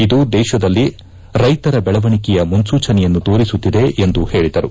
ಇದು ದೇಶದಲ್ಲಿ ರೈತರ ಬೆಳವಣಿಗೆಯ ಮುನ್ಲೂಚನೆಯನ್ನು ತೋರಿಸುತ್ತದೆ ಎಂದು ಹೇಳಿದರು